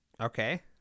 Okay